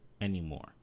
anymore